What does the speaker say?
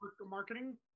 marketing